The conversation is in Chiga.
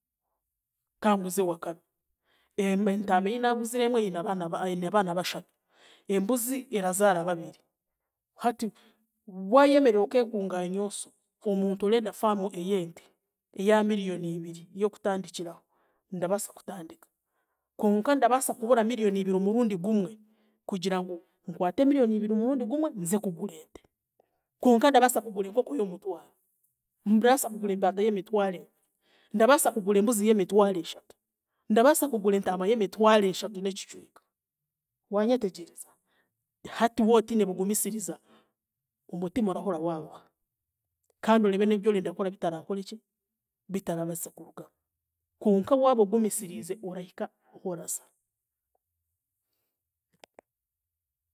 Kanguze wakame, eme- entaama ei naaguzire emwe eine, eine abaana bashatu, embuzi erazaara babiri, hati waayemerera okeekungaanya oso, omuntu orenda faamu ey'ente eya miriyoni ibiri y'okutandikiraho, ndabaasa kutandika. Konka ndabaasa kubura miriyoni ibiri omurundi gumwe kugira ngu nkwate miriyoni ibiri murundi gumwe, nzekugura ente, konka ndabaasa kugura enkoko y'omutwaro, ndabaasa kugura embaata yemitwaro ebiri, ndabaasa kugura embuzi yemitwaro eshatu, ndabaaskugura entaama y'emitwaro eshatu n'ekicweka, waanyetegyereza, hati wootiine bugumisiriza, omutima orahura waaruha kandi oreebe n'ebyorenda kukora bitaraakoreki, bitaraabaase kurugamu, konka waaba ogumisiriize, orahika ahoraza.